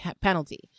penalty